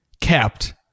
kept